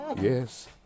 Yes